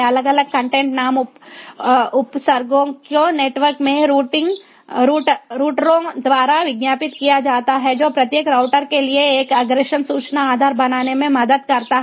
अलग अलग कंटेंट नाम उपसर्गों को नेटवर्क में रूटरों द्वारा विज्ञापित किया जाता है जो प्रत्येक राउटर के लिए एक अग्रेषण सूचना आधार बनाने में मदद करता है